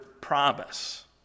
promise